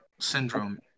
syndrome